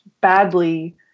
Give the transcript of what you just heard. badly